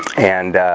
and